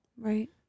Right